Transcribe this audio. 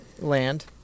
land